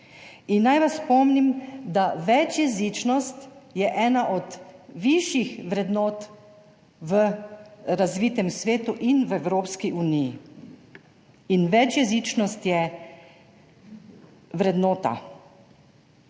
Naj vas spomnim, da je večjezičnost ena od višjih vrednot v razvitem svetu in v Evropski uniji. Večjezičnost je vrednota.